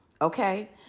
Okay